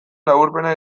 laburpena